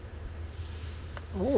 oo